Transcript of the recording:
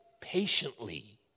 patiently